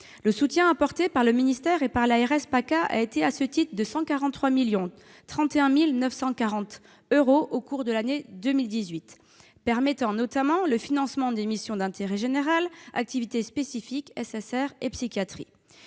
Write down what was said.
Le soutien apporté par le ministère et par l'ARS PACA a été à ce titre de 143 031 940 euros au cours de l'année 2018, permettant notamment le financement des missions d'intérêt général, activités spécifiques, SSR- soins de